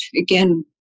again